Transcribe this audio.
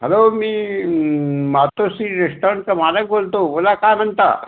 hello मी मातोश्री रेस्टॉरंटचा मालक बोलतो बोला काय म्हणता